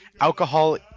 Alcohol